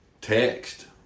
text